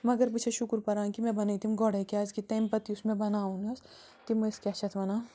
مگر بہٕ چھَس شُکُر پَران کہِ مےٚ بنٲے تِم گۄڈے کیٛازِ کہِ تمہِ پتہٕ یُس مےٚ بناوُن اوس تِم ٲسۍ کیٛاہ چھِ یَتھ وَنان